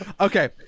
Okay